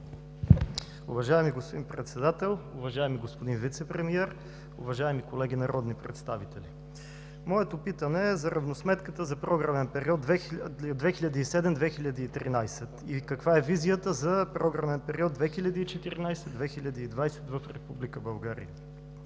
Уважаеми господин Председател, уважаеми господин Вицепремиер, уважаеми колеги народни представители! Моето питане е за равносметката за програмен период 2007 – 2013 г. и визията за програмен период 2014 – 2020 г. в Република България.